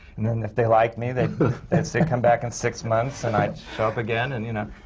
and then, if they liked me, they'd say, come back in six months, and i'd show up again. and you know,